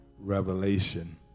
revelation